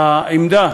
העמדה